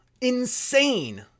Insane